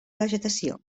vegetació